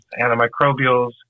antimicrobials